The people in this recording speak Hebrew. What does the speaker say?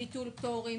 ביטול פטורים,